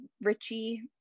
Richie